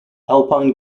alpine